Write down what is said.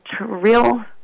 real